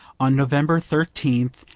on november thirteenth,